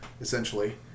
essentially